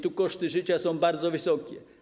Tu koszty życia są bardzo wysokie.